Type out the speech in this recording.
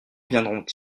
viendront